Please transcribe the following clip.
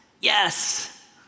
yes